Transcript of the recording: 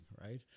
right